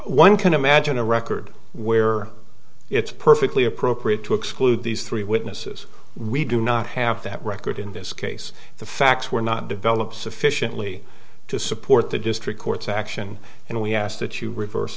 one can imagine a record where it's perfectly appropriate to exclude these three witnesses we do not have that record in this case the facts were not develop sufficiently to support the district court's action and we ask that you reverse